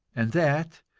and that,